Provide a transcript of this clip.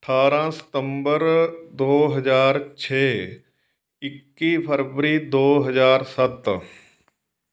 ਅਠਾਰ੍ਹਾਂ ਸਤੰਬਰ ਦੋ ਹਜ਼ਾਰ ਛੇ ਇੱਕੀ ਫਰਵਰੀ ਦੋ ਹਜ਼ਾਰ ਸੱਤ